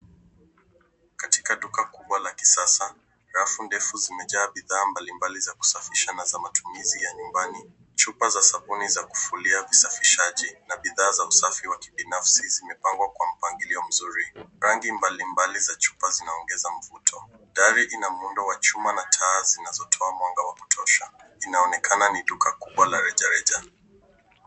Katika duka kubwa la kisasa .Rafu ndefu zimejaa bidhaa mbalimbali za kusafisha na za matumizi ya nyumbani. Chupa za sabuni za kufulia, usafishaji na bidhaa za kibinafsi zimepangwa kwa mpangilio mzuri. Rangi mbalimbali za chupa zinaongeza mvuto. Dari ina muundo wa chuma na taa zinazotoa mwanga wa kutosha. Inaonekana ni duka kubwa la rejareja.